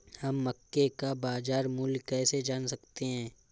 हम मक्के का बाजार मूल्य कैसे जान सकते हैं?